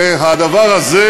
שהדבר הזה,